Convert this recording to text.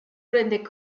prende